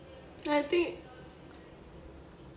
I think